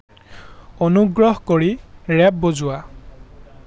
অনুগ্ৰহ কৰি ৰেপ বজোৱা